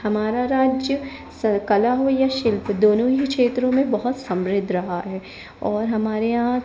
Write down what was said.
हमारा राज्य कला हो या शिल्प दोनों ही क्षेत्रों में बहुत समृद्ध रहा है और हमारे यहाँ